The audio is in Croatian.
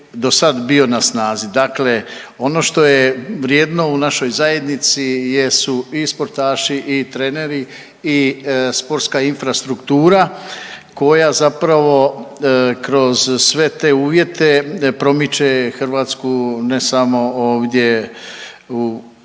do sad bio na snazi. Dakle ono što je vrijedno u našoj zajednici jesu i sportaši i treneri i sportska infrastruktura, koja zapravo kroz sve te uvjete promiče Hrvatsku, ne samo ovdje kod nas